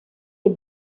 est